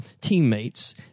teammates